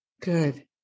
Good